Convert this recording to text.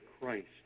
Christ